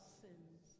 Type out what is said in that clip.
sins